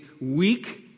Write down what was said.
weak